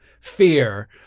fear